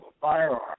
firearm